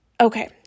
okay